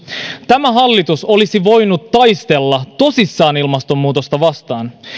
tämä hallitus olisi voinut taistella tosissaan ilmastonmuutosta vastaan